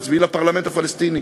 הם מצביעים לפרלמנט הפלסטיני.